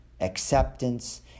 acceptance